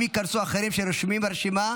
אם ייכנסו אחרים שרשומים ברשימה,